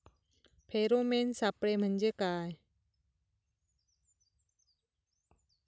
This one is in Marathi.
फेरोमेन सापळे म्हंजे काय?